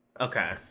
Okay